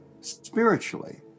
spiritually